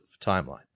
timeline